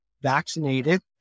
vaccinated